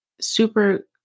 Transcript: super